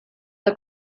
have